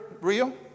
real